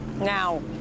Now